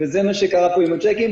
וזה מה שקרה פה עם הצ'קים.